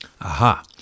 Aha